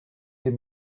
des